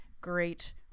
great